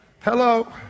Hello